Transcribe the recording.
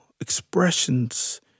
expressions